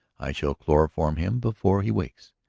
i shall chloroform him before he wakes.